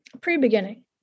pre-beginning